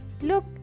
look